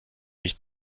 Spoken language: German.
nicht